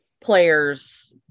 players